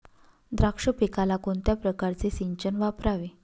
द्राक्ष पिकाला कोणत्या प्रकारचे सिंचन वापरावे?